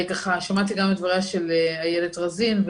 שמעתי גם את דבריה של איילת רזין.